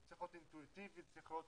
זה צריך להיות אינטואיטיבי, זה צריך להיות